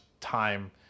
time